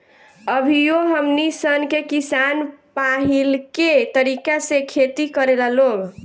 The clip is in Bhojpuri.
अभियो हमनी सन के किसान पाहिलके तरीका से खेती करेला लोग